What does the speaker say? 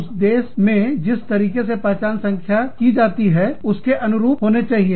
उस देश में जिस तरीके से पहचान संख्या की जाती है उसके अनुरूप होने चाहिए